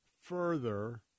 further